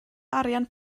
arian